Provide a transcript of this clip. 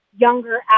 younger